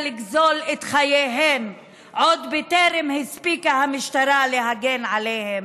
לגזול את חייהן עוד בטרם הספיקה המשטרה להגן עליהן,